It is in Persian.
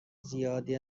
زیادی